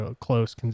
close